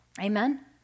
Amen